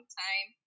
time